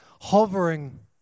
hovering